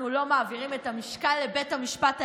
אנחנו לא מעבירים את המשקל לבית המשפט העליון,